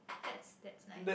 that's that's nice